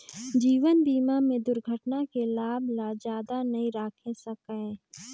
जीवन बीमा में दुरघटना के लाभ ल जादा नई राखे सकाये